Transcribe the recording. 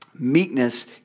meekness